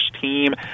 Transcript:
team